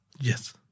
Yes